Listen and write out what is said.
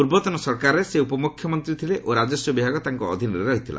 ପୂର୍ବତନ ସରକାରରେ ସେ ଉପମୁଖ୍ୟମନ୍ତ୍ରୀ ଥିଲେ ଓ ରାଜସ୍ୱ ବିଭାଗ ତାଙ୍କ ଅଧୀନରେ ଥିଲା